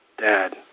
dad